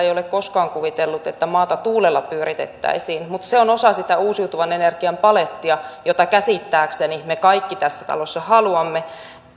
ei ole koskaan kuvitellut että maata tuulella pyöritettäisiin mutta se on osa sitä uusiutuvan energian palettia jota käsittääkseni me kaikki tässä talossa haluamme